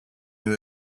you